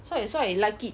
so I so I like it